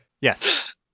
Yes